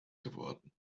geworden